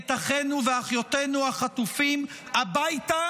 את אחינו ואחיותינו החטופים הביתה,